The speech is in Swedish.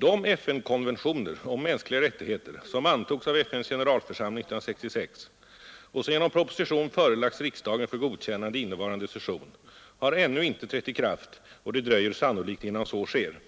De FN-konventioner om mänskliga rättigheter, som antogs av FN:s generalförsamling 1966 och som genom proposition förelagts riksdagen för godkännande innevarande session, har ännu ej trätt i kraft och det dröjer sannolikt innan så sker.